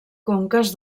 conques